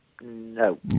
No